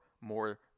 more